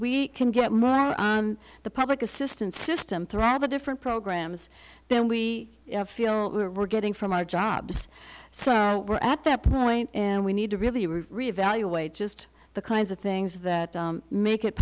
we can get more on the public assistance system through have a different programs then we feel we're getting from our jobs so we're at that point and we need to really revaluate just the kinds of things that make it